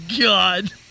God